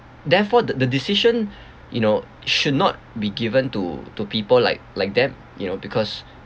therefore the the decision you know should not be given to to people like like them you know because